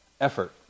effort